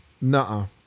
no